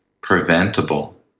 preventable